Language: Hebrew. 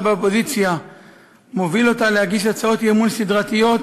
באופוזיציה מוביל אותה להגיש הצעות אי-אמון סדרתיות